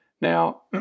Now